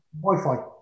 Wi-Fi